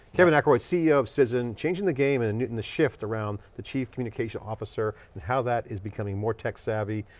kevin ackroyd, ceo of cision, changing the game in and in the shift around the chief communications officer and how that is becoming more tech savvy.